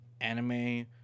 anime